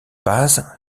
paz